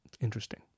Interesting